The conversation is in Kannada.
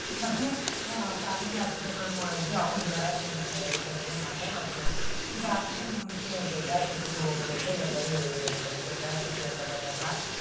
ಮತ್ತು ಖಾಸಗಿ ಆಸ್ಪತ್ರೆಗಳು ಕೂಡ ಇದ್ದು ಅವು ಜ್ವರ ಕೆಮ್ಮು ನೆಗಡಿ ಕೆಮ್ಮಿಗೆ ಮಾತ್ರ ಲಭ್ಯ ಇದು ಆದಮೇಲೆ ಮುಂದಕ್ಕೆ ದೊಡ್ಡ ಆಸ್ಪತ್ರೆಗೆ ಹೋಗಲಿ ಅಂತ ಎಲ್ಲರೂ ಹೇಳೇ ಹೇಳುತ್ತಾರೆ ದೊಡ್ಡ ಆಸ್ಪತ್ರೆ ಅಂತ ಬಂದಾಗ